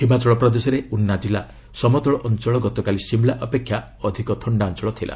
ହିମାଚଳ ପ୍ରଦେଶରେ ଉନ୍ନା ଜିଲ୍ଲା ସମତଳ ଅଞ୍ଚଳ ଗତକାଲି ସିମ୍ଳା ଅପେକ୍ଷା ଅଧିକାଥିିି ଅଞ୍ଚଳ ଥିଲା